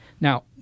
Now